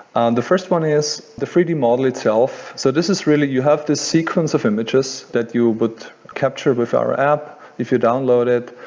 and the first one is the three d model itself. so this is really, you have this sequence of images that you would capture with our app, if you download it,